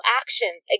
actions